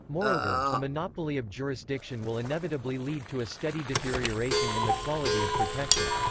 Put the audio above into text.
moreover, a monopoly of jurisdiction will inevitably lead to a steady deterioration in the quality of protection.